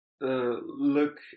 look